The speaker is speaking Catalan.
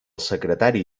secretari